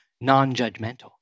non-judgmental